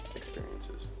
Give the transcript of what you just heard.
experiences